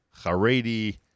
Haredi